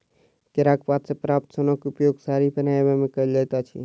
केराक पात सॅ प्राप्त सोनक उपयोग साड़ी बनयबा मे कयल जाइत अछि